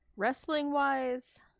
Wrestling-wise